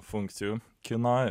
funkcijų kino